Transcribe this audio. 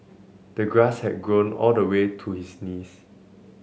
the grass had grown all the way to his knees